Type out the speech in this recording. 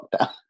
lockdown